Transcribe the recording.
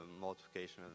multiplication